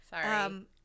Sorry